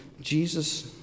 Jesus